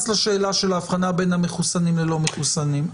לשאלה של האבחנה בין המחוסנים ללא מחוסנים.